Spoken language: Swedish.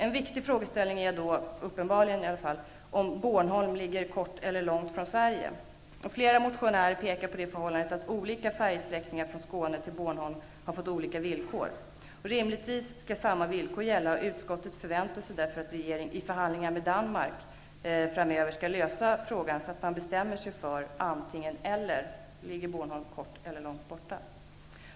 En viktig frågeställning är då uppenbarligen om Bornholm ligger på kort eller långt avstånd från Sverige. Flera motionärer pekar på det förhållandet att olika färjesträckningar från Skåne till Bornholm har fått olika villkor. Rimligtvis skall samma villkor gälla, och utskottet väntar sig därför att regeringen i förhandlingar med Danmark framöver skall lösa frågan så, att man bestämmer sig för att Bornholm antingen ligger nära eller långt bort.